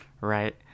right